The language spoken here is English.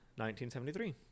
1973